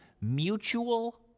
mutual